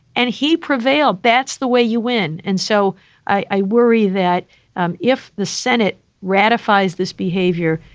and he prevailed. that's the way you win. and so i worry that um if the senate ratifies this behavior,